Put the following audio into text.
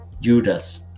Judas